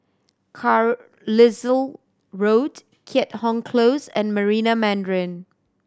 Carlisle Road Keat Hong Close and Marina Mandarin